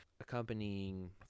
accompanying